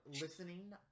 listening